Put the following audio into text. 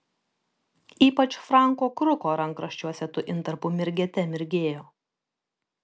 ypač franko kruko rankraščiuose tų intarpų mirgėte mirgėjo